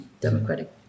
Democratic